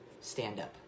stand-up